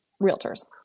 realtors